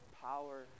power